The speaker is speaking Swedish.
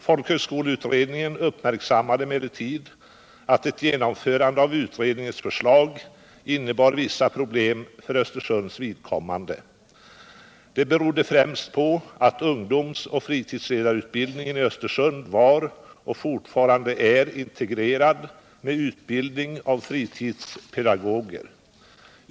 Folkhögskoleutredningen uppmärksammade emellertid att ett genomförande av utredningens förslag innebar vissa problem för Östersunds vidkommande. Det berodde främst på att ungdomsoch fritidsledarutbildningen i Östersund var, och fortfarande är, integrerad med utbildning av fritidspedagoger.